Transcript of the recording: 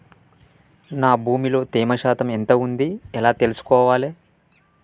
నా భూమి లో తేమ శాతం ఎంత ఉంది ఎలా తెలుసుకోవాలే?